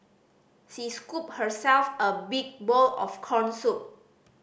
she scooped herself a big bowl of corn soup